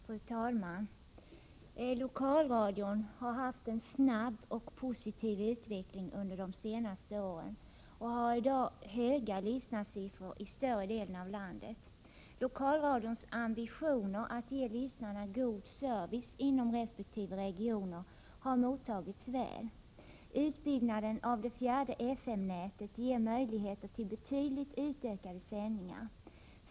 Fru talman! Lokalradion har haft en snabb och positiv utveckling under de senaste åren och har i dag höga lyssnarsiffror i större delen av landet. Lokalradions ambition att ge lyssnarna god service inom resp. regioner har mottagits väl. Utbyggnaden av det fjärde FM-nätet ger möjligheter till betydligt utökade sändningar.